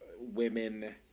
women